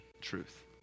truth